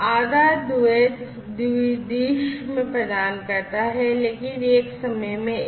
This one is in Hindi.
आधा द्वैध द्विदिश में प्रदान करता है लेकिन एक समय में एक